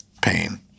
pain